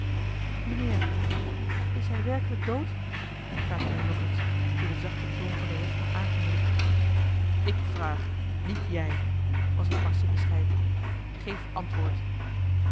mijnheer is hij werkelijk dood vraagde hij nog eens door den zachten toon van den rechter aangemoedigd ik vraag niet jij was het barsche bescheid geef antwoord